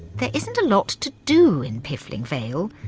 there isn't a lot to do in piffling vale.